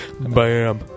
Bam